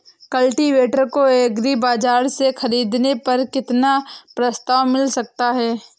Cultivator को agri बाजार से ख़रीदने पर कितना प्रस्ताव मिल सकता है?